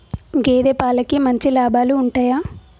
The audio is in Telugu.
గేదే పాలకి మంచి లాభాలు ఉంటయా?